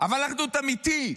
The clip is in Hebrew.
אבל אחדות אמיתית.